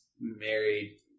married